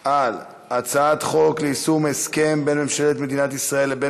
על הצעת חוק ליישום הסכם בין ממשלת מדינת ישראל לבין